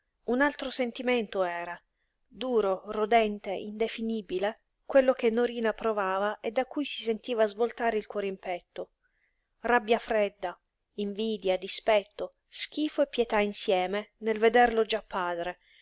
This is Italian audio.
un altro sentimento era duro rodente indefinibile quello che norina provava e da cui si sentiva svoltare il cuore in petto rabbia fredda invidia dispetto schifo e pietà insieme nel vederlo già padre